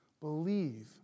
Believe